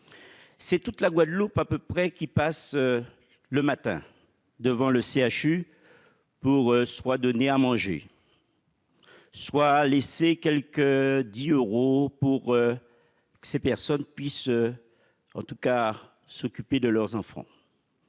c'est toute la Guadeloupe à peu près qui passe le matin devant le CHU pour soit donné à manger soit laissé quelques dit euros pour que ces personnes puissent en tout car s'occuper de leurs enfants